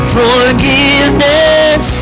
forgiveness